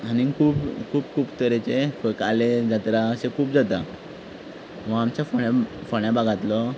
आनी खूब खूब खूब तरेचे काले जात्रा अशे खूब जाता हो आमच्या फोंड्या फोंड्या भागांतलो